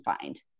find